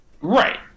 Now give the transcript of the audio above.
right